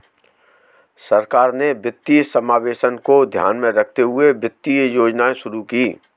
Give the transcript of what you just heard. सरकार ने वित्तीय समावेशन को ध्यान में रखते हुए वित्तीय योजनाएं शुरू कीं